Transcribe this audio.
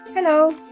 Hello